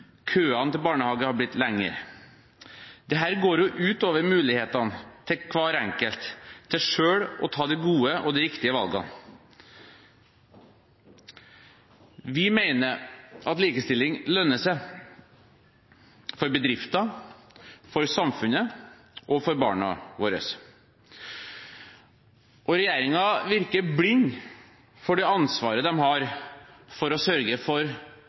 køene til barnehageplass har blitt lengre. Dette går ut over mulighetene til hver enkelt til selv å ta de gode og de riktige valgene. Vi mener at likestilling lønner seg – for bedrifter, for samfunnet og for våre barn. Regjeringen virker blind for det ansvaret de har for å sørge for